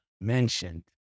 mentioned